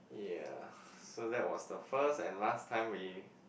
ya so that was the first and last time we